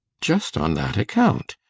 just on that account.